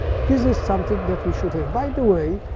this is something that we should have. by the way,